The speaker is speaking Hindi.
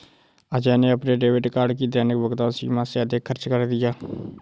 अजय ने अपने डेबिट कार्ड की दैनिक भुगतान सीमा से अधिक खर्च कर दिया